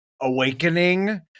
awakening